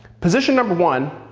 position number one,